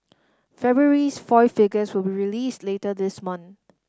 February's foil figures will be released later this month